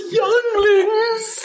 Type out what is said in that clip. younglings